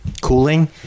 cooling